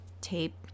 tape